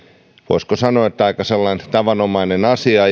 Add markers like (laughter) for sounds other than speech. voisiko sanoa aika sellainen tavanomainen asia (unintelligible)